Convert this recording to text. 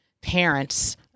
parents